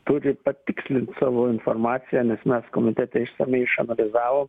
turi patikslint savo informaciją nes mes komitete išsamiai išanalizavom